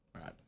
Right